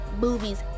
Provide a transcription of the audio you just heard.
movies